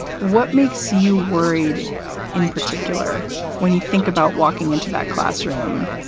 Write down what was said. what makes you worried in particular when you think about walking into that classroom,